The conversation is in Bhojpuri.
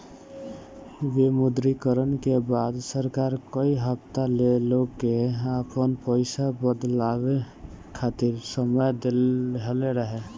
विमुद्रीकरण के बाद सरकार कई हफ्ता ले लोग के आपन पईसा बदलवावे खातिर समय देहले रहे